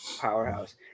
powerhouse